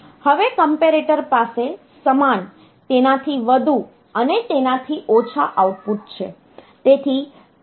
હવે કમ્પેરેટર પાસે સમાન તેનાથી વધુ અને તેનાથી ઓછા આઉટપુટ છે